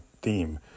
theme